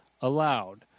Allowed